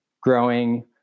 growing